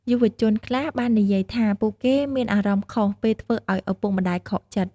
យុវជនខ្លះបាននិយាយថាពួកគេមានអារម្មណ៍ខុស ពេលធ្វើឲ្យឪពុកម្ដាយខកចិត្ត។